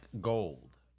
gold